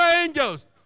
angels